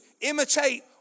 imitate